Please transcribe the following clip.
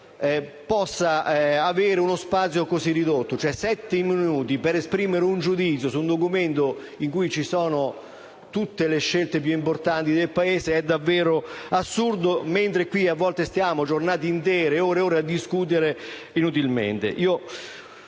possano avere uno spazio così ridotto: sette minuti per esprimere un giudizio su un documento in cui ci sono tutte le scelte più importanti per il Paese; è davvero assurdo, dato che a volte passiamo giornate intere, ore ed ore, a discutere inutilmente.